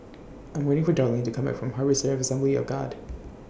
I'm waiting For Darlyne to Come Back from Harvester Assembly of God